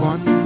One